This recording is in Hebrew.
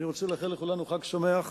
אני רוצה לאחל לכולנו חג שמח.